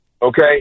Okay